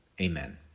Amen